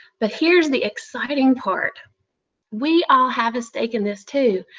but here is the exciting part we all have a stake in this, too.